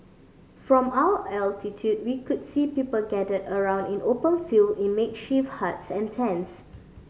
from our altitude we could see people gathered around in open field in makeshift huts and tents